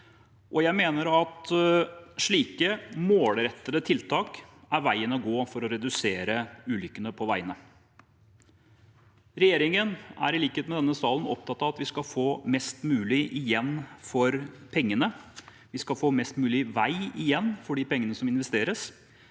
Jeg mener at slike målrettede tiltak er veien å gå for å redusere antall ulykker på veiene. Regjeringen er i likhet med denne salen opptatt av at vi skal få mest mulig igjen for pengene – vi skal få mest mulig vei igjen for de pengene som investeres.